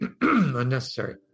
unnecessary